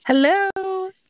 Hello